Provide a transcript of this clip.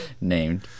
named